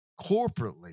corporately